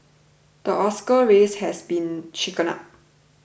the Oscar race has been shaken up